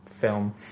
film